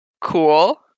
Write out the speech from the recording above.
Cool